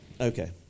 Okay